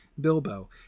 bilbo